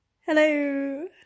Hello